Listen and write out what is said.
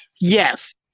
Yes